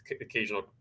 occasional